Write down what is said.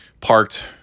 Parked